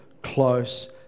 close